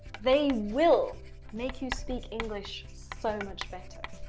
they will make you speak english so much better.